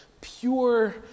pure